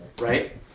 Right